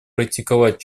практиковать